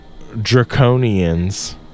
draconians